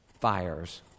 fires